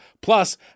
plus